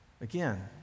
Again